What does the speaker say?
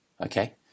Okay